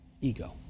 ego